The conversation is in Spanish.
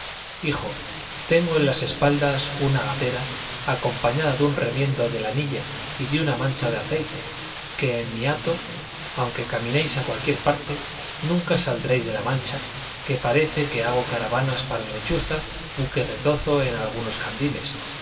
hijo tengo en las espaldas una gatera acompañada de un remiendo de lanilla y de una mancha de aceite que en mi hato aunque caminéis a cualquiera parte nunca saldréis de la mancha que parece que hago caravanas para lechuza u que retozo con algunos candiles